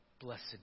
Blessed